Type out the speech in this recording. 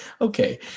Okay